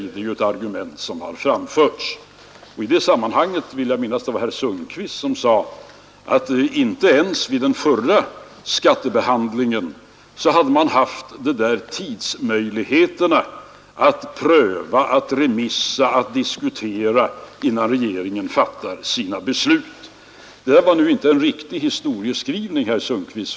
Det är ju ett argument som har framförts. Jag vill minnas att det var herr Sundkvist som i det sammanhanget sade att man inte heller vid behandlingen av den förra skattereformen hade tidsmässiga möjligheter att pröva, remissbehandla och diskutera mera, innan regeringen fattade sitt beslut. Det var nu inte någon riktig historieskrivning, herr Sundkvist.